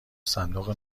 صندوق